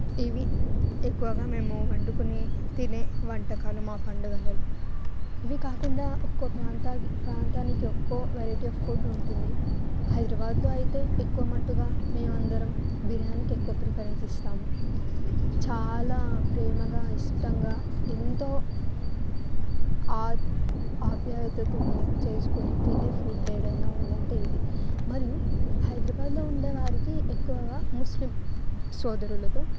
ఇవి ఎక్కువగా మేము వండుకునే తినే వంటకాలు మా పండుగలలో ఇవి కాకుండా ఒక్కొక్క ప్రాంత ప్రాంతానికి ఒక్కొక్క వెరైటీ ఆఫ్ ఫుడ్ ఉంటుంది హైదరాబాద్లో అయితే ఎక్కువ మట్టుగా మేము అందరం బిరియానీకి ఎక్కువ ప్రిఫరెన్స్ ఇస్తాము చాలా ప్రేమగా ఇష్టంగా ఎంతో ఆప్ ఆప్యాయతతోనే చేసుకుని తినే ఫుడ్ ఏదైనా ఉంది అంటే ఇదే మరియు హైద్రబాదులో ఉండే వారికి ఎక్కువగా ముస్లిం సోదరులతో